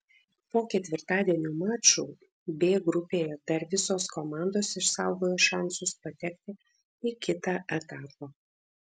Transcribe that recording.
po ketvirtadienio mačų b grupėje dar visos komandos išsaugojo šansus patekti į kitą etapą